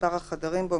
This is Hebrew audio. מספר החדרים בו,